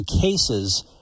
cases